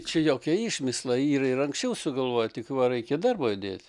čia jokie išmislai yra ir anksčiau sugalvoję tik va reikia darbo įdėt